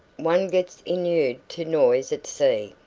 one gets inured to noise at sea,